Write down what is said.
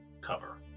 cover